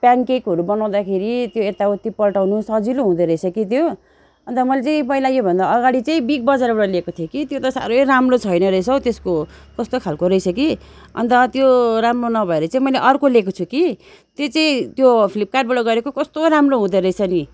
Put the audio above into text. PAN केकहरू बनाउँदाखेरि त्यो यताउति पल्टाउनु सजिलो हुँदो रहेछ कि त्यो अन्त मैले चाहिँ पहिला योभन्दा अगाडि चाहिँ बिग बजारबाट लिएको थिएँ कि त्यो त साह्रै राम्रो छैन रहेछ हौ त्यसको कस्तो खालको रहेछ कि अन्त त्यो राम्रो नभएर चाहिँ मैले अर्को लिएको छु कि त्यो चाहिँ त्यो फ्लिपकार्टबाट गरेको कस्तो राम्रो हुँदो रहेछ नि